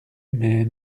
mais